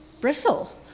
bristle